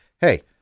hey